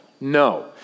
No